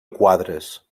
quadres